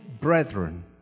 brethren